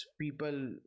people